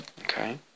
Okay